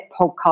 Podcast